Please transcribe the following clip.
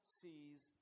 sees